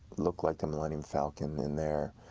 looked like the millennium falcon in there,